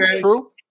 true